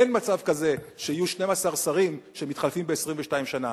אין מצב כזה שיהיו 12 שרים שמתחלפים ב-22 שנה,